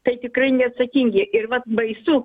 tai tikrai neatsakingi ir vat baisu